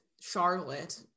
Charlotte